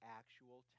actual